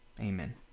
Amen